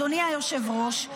אדוני היושב-ראש,